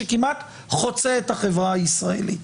שכמעט חוצה את החברה הישראלית,